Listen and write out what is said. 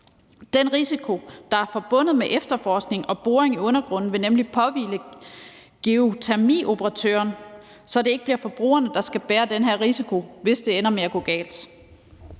Den risiko, der er forbundet med efterforskning af og boring i undergrunden, vil nemlig påhvile geotermioperatøren, så det ikke bliver forbrugerne, der skal bære den her risiko, hvis det ender med at gå galt.